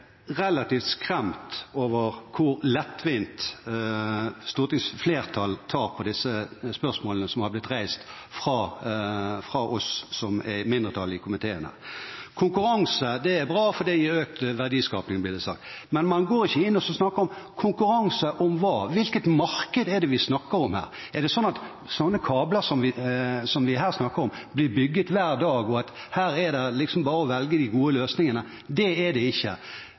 relativt skremt over hvor lettvint stortingsflertallet tar på disse spørsmålene som har blitt reist fra mindretallet i komiteen. Konkurranse er bra, for det gir økt verdiskaping, blir det sagt. Men man går ikke inn og spør: Konkurranse om hva? Hvilket marked er det vi snakker om her? Er det sånn at de kablene vi her snakker om, blir lagt hver dag, og at det bare er å velge de gode løsningene? Det er det ikke.